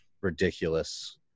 ridiculous